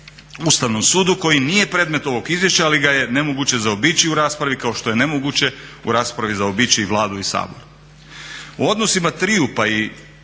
Ustavnom sudu koji nije predmet ovog izvješća ali ga je nemoguće zaobići u raspravi, kao što je nemoguće u raspravi zaobići Vladu i Sabor. O odnosima triju pa i